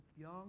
young